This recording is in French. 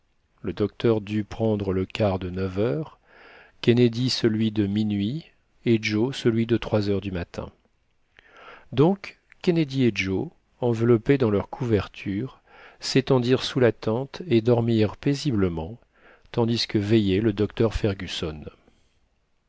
le docteur dut prendre le quart de neuf heures kennedy celui de minuit et joe celui de trois heures du matin donc kennedy et joe enveloppés de leurs couvertures s'étendirent sous la tente et dormirent paisiblement tandis que veillait le docteur fergusson